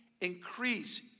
increase